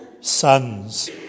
sons